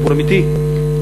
סיפור אמיתי,